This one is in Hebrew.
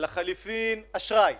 לחליפין אשראי,